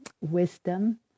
wisdom